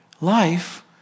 life